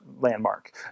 landmark